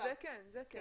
זה כן.